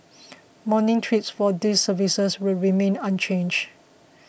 morning trips for these services will remain unchanges